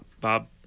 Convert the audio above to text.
Bob